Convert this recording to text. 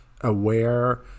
aware